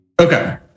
Okay